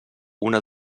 una